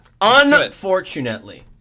Unfortunately